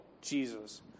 Jesus